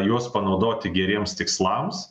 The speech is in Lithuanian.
juos panaudoti geriems tikslams